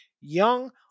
young